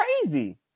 crazy